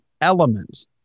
element